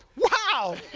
wow!